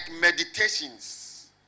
meditations